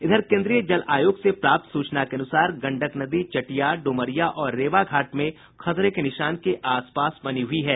इधर केन्द्रीय जल आयोग से प्राप्त सूचना के अनुसार गंडक नदी चटिया डुमरिया और रेवा घाट में खतरे के निशान के आसपास बनी हुई है